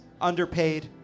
underpaid